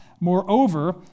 Moreover